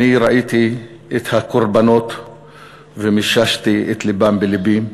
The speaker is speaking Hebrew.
ראיתי את הקורבנות ומיששתי את לבם בלבי.